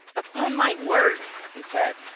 upon my word, he said,